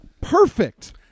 perfect